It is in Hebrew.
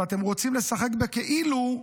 ואתם רוצים לשחק בכאילו,